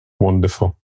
wonderful